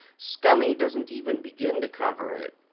scummy doesn't even begin to cover it.